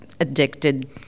addicted